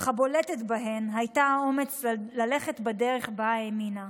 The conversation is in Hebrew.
אך הבולטת בהן הייתה האומץ ללכת בדרך בה האמינה,